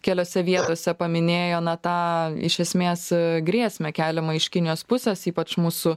keliose vietose paminėjo na tą iš esmės grėsmę keliamą iš kinijos pusės ypač mūsų